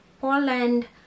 Poland